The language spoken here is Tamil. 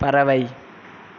பறவை